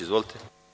Izvolite.